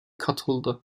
katıldı